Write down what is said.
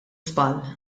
żball